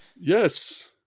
Yes